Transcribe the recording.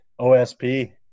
OSP